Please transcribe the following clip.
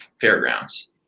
Fairgrounds